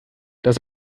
das